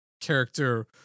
character